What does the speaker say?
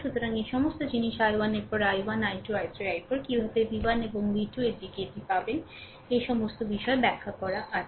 সুতরাং এই সমস্ত জিনিস i1 এর পরে i1 i2 i3 i4 কীভাবে v1 এবং v2 এর দিক থেকে এটি পাবেন তা এই সমস্ত বিষয় ব্যাখ্যা করা আছে